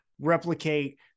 replicate